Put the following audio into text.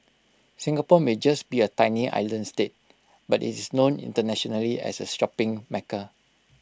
Singapore may just be A tiny island state but IT is known internationally as A shopping mecca